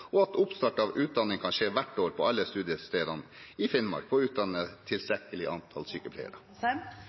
og at oppstart av utdanning kan skje hvert år på alle studiestedene i Finnmark, og utdanne tilstrekkelig antall sykepleiere?